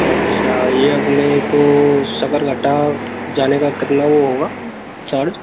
अच्छा ये अपने को सकरघटा जाने का कितना वो होगा चार्ज